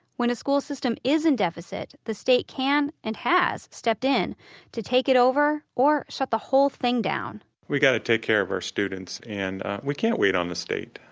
when a school system is in deficit, the state can and has stepped in to take it over, or shut the whole thing down we have to take care of our students, and we can't wait on the state.